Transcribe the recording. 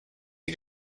die